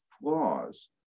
flaws